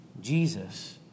Jesus